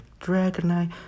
Dragonite